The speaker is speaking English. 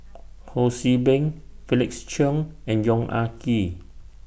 Ho See Beng Felix Cheong and Yong Ah Kee